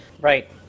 right